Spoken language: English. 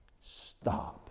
stop